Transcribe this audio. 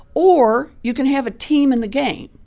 or you can have a team in the game.